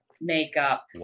makeup